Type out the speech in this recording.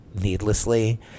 needlessly